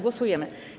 Głosujemy.